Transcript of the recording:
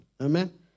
Amen